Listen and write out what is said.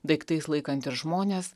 daiktais laikant ir žmones